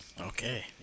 Okay